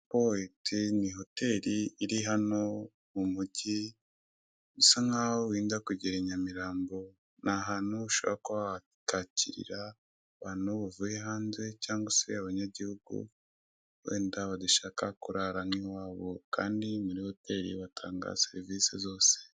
Poweti ni hoteli iri hano mu mugi, usa nkaho wenda kugera Inyamirambo, ni ahantu ushobora kuba wakakirira abantu bavuye hanze cyangwa se abanyagihugu wenda badashaka kurara nk'iwabo kandi muri hoteli batanga serivise zose.